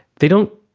they don't.